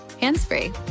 hands-free